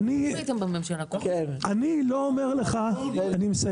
אני לא אומר לך --- אביעד,